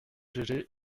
gégé